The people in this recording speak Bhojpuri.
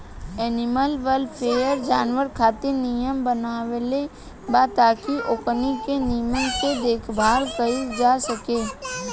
एनिमल वेलफेयर, जानवर खातिर नियम बनवले बा ताकि ओकनी के निमन से देखभाल कईल जा सके